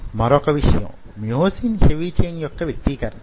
మరోక విషయం myosin heavy chain యొక్క వ్యక్తీకరణ